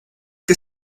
que